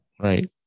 right